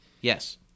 Yes